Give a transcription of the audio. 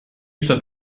stand